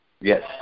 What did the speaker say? Yes